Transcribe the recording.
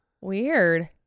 Weird